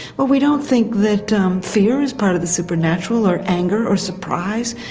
but we don't think that fear is part of the supernatural, or anger, or surprise.